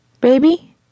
Baby